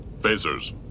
Phasers